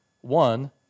One